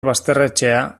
basterretxea